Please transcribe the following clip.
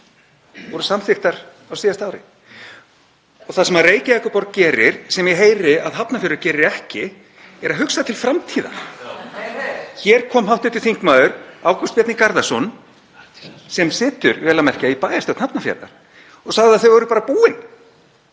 voru samþykktar á síðasta ári. Það sem Reykjavíkurborg gerir, sem ég heyri að Hafnarfjörður gerir ekki, er að hugsa til framtíðar. Hér kom hv. þm. Ágúst Bjarni Garðarsson, sem situr vel að merkja í bæjarstjórn Hafnarfjarðar, og sagði að þau væru bara búin,